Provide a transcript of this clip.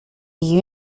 you